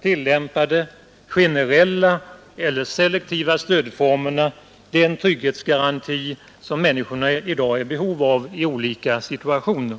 tillämpade generella eller selektiva stödformerna den trygghetsgaranti människorna behöver i olika situationer.